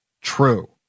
True